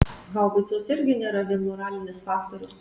haubicos irgi nėra vien moralinis faktorius